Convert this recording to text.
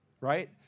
right